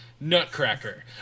Nutcracker